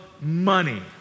money